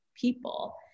people